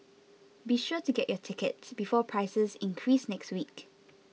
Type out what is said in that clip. be sure to get your tickets before prices increase next week